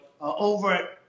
over